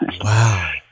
Wow